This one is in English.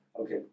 Okay